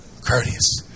Courteous